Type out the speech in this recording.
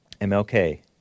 MLK